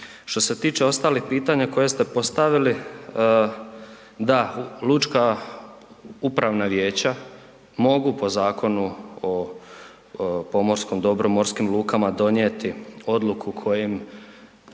Što se tiče ostalih pitanja koje ste postavili, da, lučka upravna vijeća mogu po Zakonu o pomorskom dobru, morskim lukama donijeti odluku kojim